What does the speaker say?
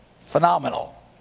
Phenomenal